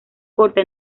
corta